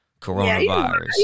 Coronavirus